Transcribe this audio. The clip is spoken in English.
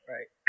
Right